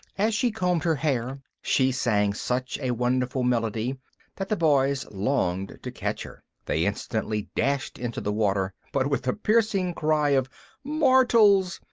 as she combed her hair she sang such a wonderful melody that the boys longed to catch her. they instantly dashed into the water, but with a piercing cry of mortals!